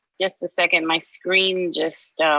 just a second, my screen just.